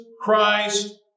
Christ